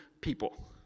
people